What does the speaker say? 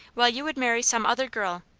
while you would marry some other girl,